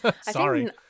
Sorry